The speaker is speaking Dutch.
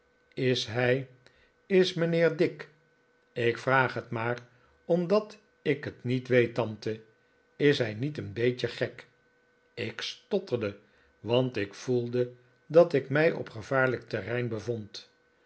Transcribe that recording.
is hij is mijnheer dick ik vraag het maar omdat ik het niet weet tante is hij niet een beetje gek ik stotterde want ik voelde dat ik mij op gevaarlijk terrein bevond